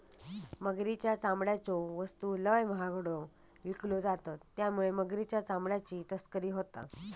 मगरीच्या चामड्याच्यो वस्तू लय महागड्यो विकल्यो जातत त्यामुळे मगरीच्या चामड्याची तस्करी होता